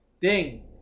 ding